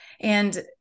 And-